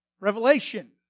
Revelation